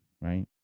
right